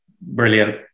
brilliant